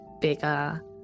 bigger